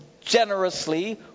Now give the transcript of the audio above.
generously